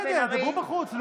בסדר, תדברו בחוץ.